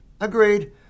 Agreed